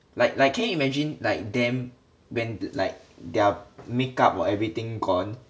like like can you imagine like them when the~ like their make up or everything gone